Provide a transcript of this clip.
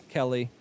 Kelly